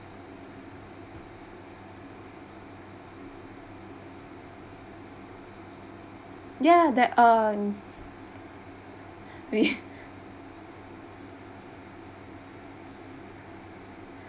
ya that uh we